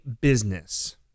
business